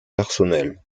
personnels